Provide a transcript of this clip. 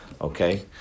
Okay